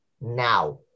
now